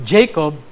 Jacob